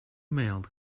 mailed